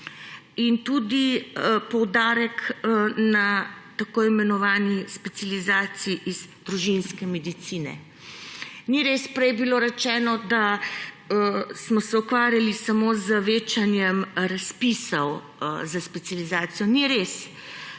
in tudi poudarek na tako imenovani specializaciji iz družinske medicine. Ni res, prej je bilo rečeno, da smo se ukvarjali samo z večanjem razpisov za specializacijo. Ni res.